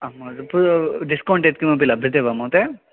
आं महो डिस्कौण्ट् यत्किमपि लभ्यते वा महोदय